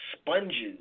sponges